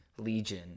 Legion